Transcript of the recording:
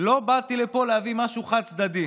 לא באתי לפה להביא פה משהו חד-צדדי".